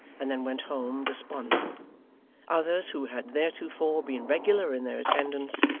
and then went home desponding others who had theretofore been regular in their attendance,